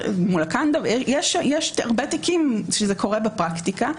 יש הרבה תיקים שזה קורה בפרקטיקה.